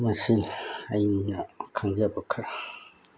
ꯃꯁꯤ ꯑꯩꯅ ꯈꯪꯖꯕ ꯈꯔ